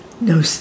No